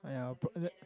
!aiya!